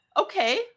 okay